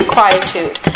Quietude